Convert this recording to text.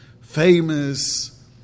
famous